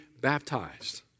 baptized